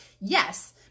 Yes